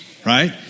Right